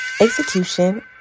execution